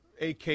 AK